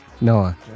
Noah